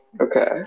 Okay